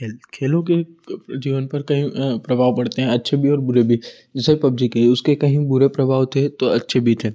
खेल खेलों के जीवन पर कई प्रभाव पड़ते हैं अच्छे भी और बुरे भी जैसे पब्जी के उसके कहीं बुरे प्रभाव थे तो अच्छे भी थे